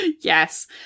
Yes